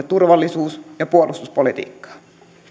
turvallisuus ja puolustuspolitiikkaa